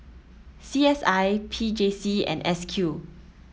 C S I P J C and S Q